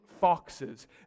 foxes